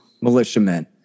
militiamen